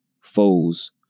foes